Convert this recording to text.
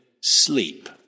sleep